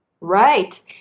Right